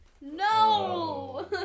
No